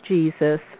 Jesus